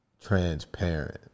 transparent